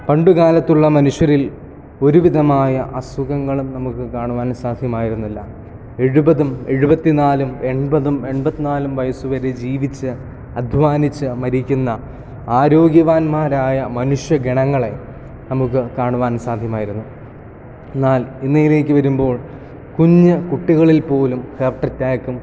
പണ്ടു കാലത്തുള്ള മനുഷ്യരിൽ ഒരുവിധമായ അസുഖങ്ങളും നമുക്ക് കാണുവാൻ സാധ്യമായിരുന്നില്ല എഴുപതും എഴുപത്തിനാല് എൺപതും എൺപത്തിനാല് വയസ്സു വരെ ജീവിച്ച അധ്വാനിച്ച് മരിക്കുന്ന ആരോഗ്യവാന്മാരായ മനുഷ്യഗണങ്ങളെ നമുക്ക് കാണുവാൻ സാധ്യമായിരുന്നു എന്നാൽ ഇന്നയിലേക്ക് വരുമ്പോൾ കുഞ്ഞ് കുട്ടികളിൽ പോലും ഹെർട്ട് അറ്റാക്കും